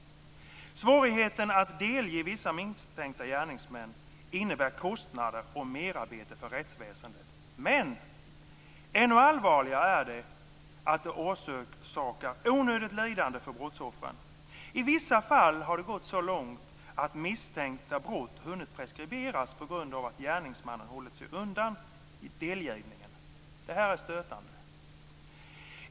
Svårigheten att delge vissa misstänkta gärningsmän innebär kostnader och merarbete för rättsväsendet, men ännu allvarligare är det att det orsakar onödigt lidande för brottsoffren. I vissa fall har det gått så långt att misstänkta brott hunnit preskriberas på grund av att gärningsmannen har hållit sig undan delgivning. Detta är stötande.